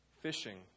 fishing